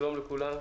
שלום לכולם,